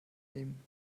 nehmen